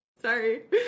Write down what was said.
Sorry